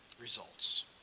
results